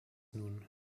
nun